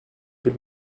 bir